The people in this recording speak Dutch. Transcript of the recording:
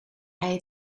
hij